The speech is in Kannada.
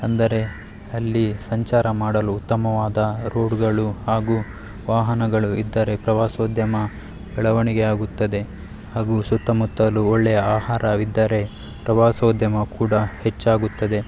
ಅಂದರೆ ಅಲ್ಲಿ ಸಂಚಾರ ಮಾಡಲು ಉತ್ತಮವಾದ ರೋಡ್ಗಳು ಹಾಗೂ ವಾಹನಗಳು ಇದ್ದರೆ ಪ್ರವಾಸೋದ್ಯಮ ಬೆಳವಣಿಗೆ ಆಗುತ್ತದೆ ಹಾಗೂ ಸುತ್ತಮುತ್ತಲು ಒಳ್ಳೆಯ ಆಹಾರವಿದ್ದರೆ ಪ್ರವಾಸೋದ್ಯಮ ಕೂಡ ಹೆಚ್ಚಾಗುತ್ತದೆ